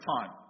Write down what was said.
time